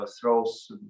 throws